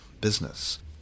business